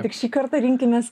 tik šį kartą rinkimės